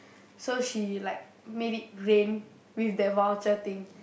so she like made it rain with that voucher thing